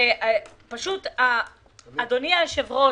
אדוני היושב-ראש,